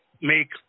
make